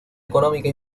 económica